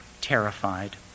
terrified